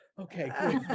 Okay